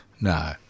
No